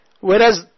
whereas